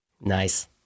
Nice